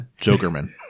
Jokerman